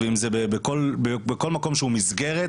או כל מקום שהוא מסגרת,